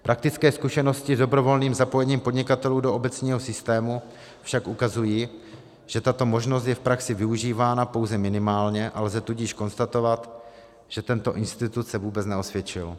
Praktické zkušenosti s dobrovolným zapojením podnikatelů do obecního systému však ukazují, že tato možnost je v praxi využívána pouze minimálně, a lze tudíž konstatovat, že tento institut se vůbec neosvědčil.